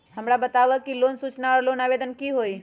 हमरा के बताव कि लोन सूचना और लोन आवेदन की होई?